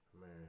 Man